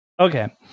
Okay